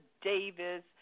Davis